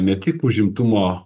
ne tik užimtumo